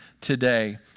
today